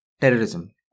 terrorism